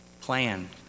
Plan